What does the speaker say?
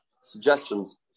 suggestions